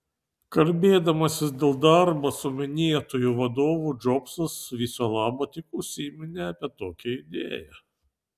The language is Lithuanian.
kalbėdamasis dėl darbo su minėtuoju vadovu džobsas viso labo tik užsiminė apie tokią idėją